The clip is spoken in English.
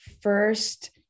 first